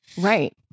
right